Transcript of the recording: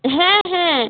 হ্যাঁ হ্যাঁ